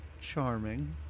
charming